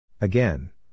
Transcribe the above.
Again